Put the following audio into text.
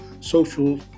Social